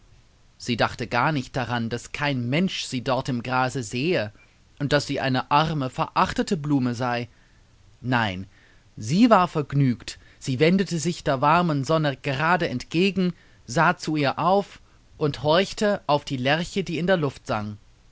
sie dachte gar nicht daran daß kein mensch sie dort im grase sehe und daß sie eine arme verachtete blume sei nein sie war vergnügt sie wendete sich der warmen sonne gerade entgegen sah zu ihr auf und horchte auf die lerche die in der luft sang